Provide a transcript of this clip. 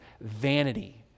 vanity